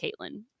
Caitlin